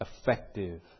effective